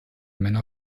männer